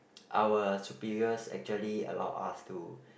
our superiors actually allowed us to